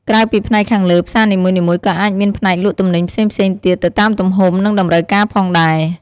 ក្រៅពីផ្នែកខាងលើ ផ្សារនីមួយៗក៏អាចមានផ្នែកលក់ទំនិញផ្សេងៗទៀតទៅតាមទំហំ និងតម្រូវការផងដែរ។